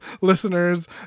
listeners